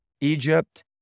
Egypt